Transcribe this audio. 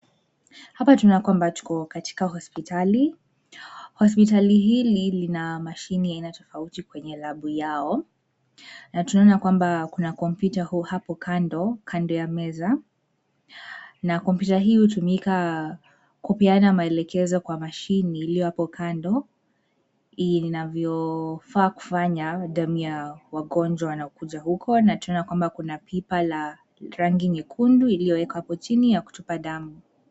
Hapa tunaona yakwamba tuko katika hospitali na hospitali hili lina mashine tofauti katika labu yao, na tunaona kwamba kuna kompyuta hapo kando, kando ya meza, na kompyuta hiyo hutumika kupeana maelekezo kwa mashine iliyo hapo kando unavyofaa kufanya damu ya wagonjwa wanakuja huko na tuona kwamba kuna pipa la rangi nyekundu iliyoekwa hapo chini ya kutupa damu.